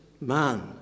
man